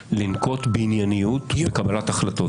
החובה לנקוט בענייניות בקבלת החלטות.